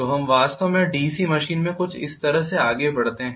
तो हम वास्तव में डीसी मशीन में कुछ इस तरह से आगे बढ़ते हैं